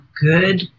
good